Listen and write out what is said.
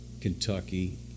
Kentucky